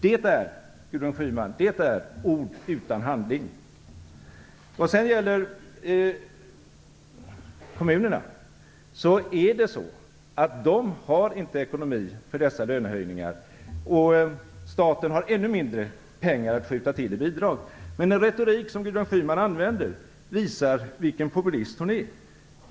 Det, Gudrun Schyman, är ord utan handling. Vad sedan gäller kommunerna har dessa inte ekonomi för dessa lönehöjningar, och staten har ännu mindre pengar att skjuta till i bidrag. Men den retorik som Gudrun Schyman använder visar vilken populist hon är.